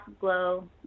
glow